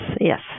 yes